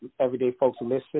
everydayfolkslisten